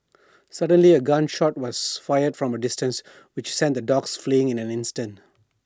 suddenly A gun shot was fired from A distance which sent the dogs fleeing in an instant